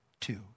two